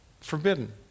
forbidden